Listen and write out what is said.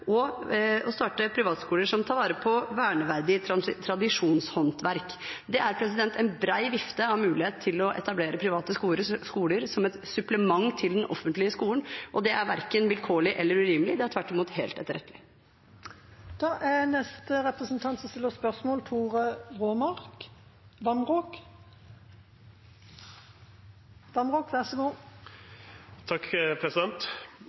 som tar vare på verneverdig tradisjonshåndverk. Det er en bred vifte av muligheter til å etablere private skoler som et supplement til den offentlige skolen. Det er verken vilkårlig eller urimelig – det er tvert imot helt